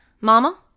Mama